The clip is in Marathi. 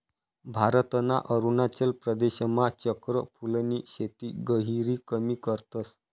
भारतना अरुणाचल प्रदेशमा चक्र फूलनी शेती गहिरी कमी करतस